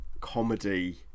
comedy